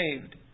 saved